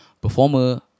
performer